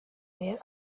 there